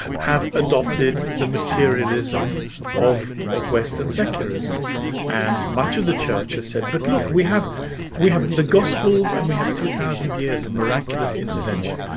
have adopted the materialism of of western secularism and much of the church has said but look we have we have the gospels and we have two thousand years of miraculous intervention,